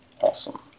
Awesome